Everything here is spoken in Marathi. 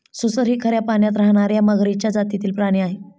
सुसर ही खाऱ्या पाण्यात राहणार्या मगरीच्या जातीतील प्राणी आहे